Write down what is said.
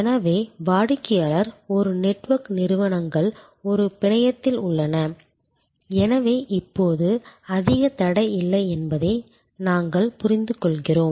எனவே வாடிக்கையாளர் ஒரு நெட்வொர்க் நிறுவனங்கள் ஒரு பிணையத்தில் உள்ளன எனவே இப்போது அதிக தடை இல்லை என்பதை நாங்கள் புரிந்துகொள்கிறோம்